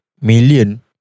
million